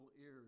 ears